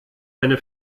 eine